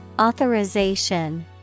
Authorization